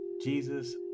Jesus